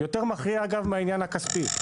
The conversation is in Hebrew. יותר מכריע אגב מהעניין הכספי.